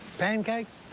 pancakes?